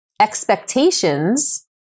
expectations